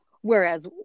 whereas